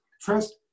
First